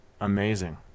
Amazing